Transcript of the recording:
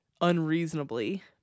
unreasonably